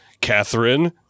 Catherine